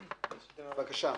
בבקשה.